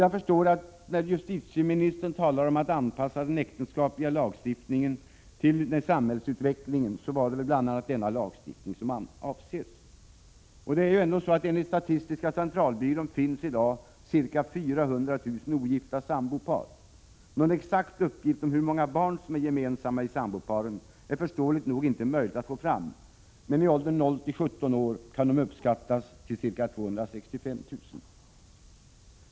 Jag förstår att när justitieministern talar om att anpassa äktenskapslagstiftningen till samhällsutvecklingen var det detta han menade. Enligt statistiska centralbyrån finns i dag ca 400 000 ogifta sambopar. Någon exakt uppgift om hur många barn som är gemensamma i samboparen är förståeligt nog inte möjligt att få fram, men i åldern 0-17 år kan de uppskattas till ca 265 000.